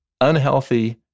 unhealthy